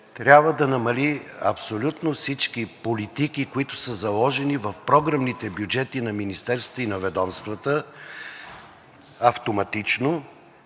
трябва да намали абсолютно всички политики, които са заложени в програмните бюджети на министерствата и на ведомствата автоматично,